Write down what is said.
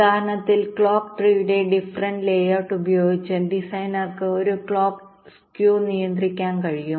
ഉദാഹരണത്തിന് ക്ലോക്ക് ട്രീയുടെ different layout ഉപയോഗിച്ച് ഡിസൈനർക്ക് ഒരു ക്ലോക്ക് സ്കേനിയന്ത്രിക്കാൻ കഴിയും